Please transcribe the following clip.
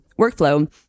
workflow